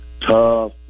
Tough